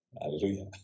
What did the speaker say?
Hallelujah